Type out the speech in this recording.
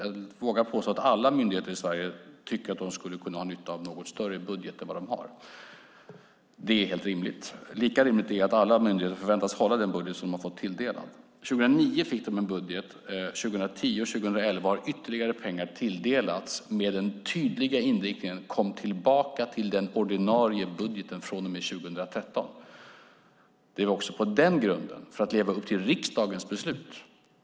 Jag vågar påstå att alla myndigheter i Sverige tycker att de skulle kunna ha nytta av något större budget än vad de har. Det är helt rimligt. Lika rimligt är att alla myndigheter förväntas hålla den budget som de fått sig tilldelad. År 2009 fick de en budget, åren 2010 och 2011 har ytterligare pengar tilldelats med den tydliga inriktningen: Kom tillbaka till den ordinarie budgeten från och med 2013!